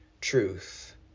truth